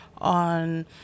on